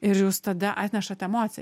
ir jūs tada atnešat emociją